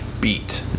beat